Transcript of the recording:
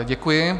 Děkuji.